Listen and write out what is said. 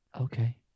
Okay